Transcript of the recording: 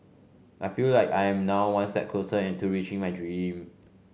I feel like I am now one step closer and to reaching my dream